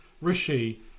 Rishi